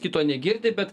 kito negirdi bet